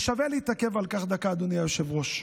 ושווה להתעכב על כך דקה, אדוני היושב-ראש.